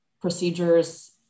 procedures